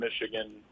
Michigan